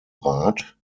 rat